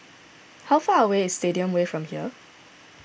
how far away is Stadium Way from here